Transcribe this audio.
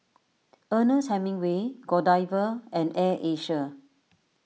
Ernest Hemingway Godiva and Air Asia